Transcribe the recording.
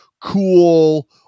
cool